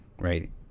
right